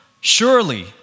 Surely